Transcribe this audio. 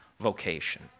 vocation